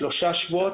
שלושה שבועות,